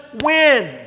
win